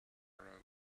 rope